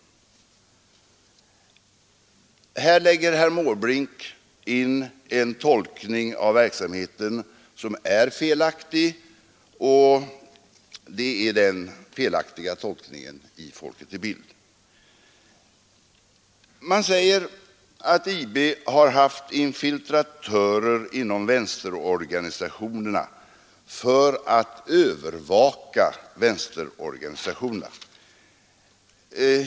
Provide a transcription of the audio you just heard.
Här lägger herr Måbrink in en tolkning av verksamheten som är felaktig, samma felaktiga tolkning som görs i Folket i Bild kulturfront. Man säger att IB haft infiltratörer inom vänsterorganisationerna för att övervaka dem.